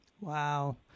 Wow